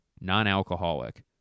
non-alcoholic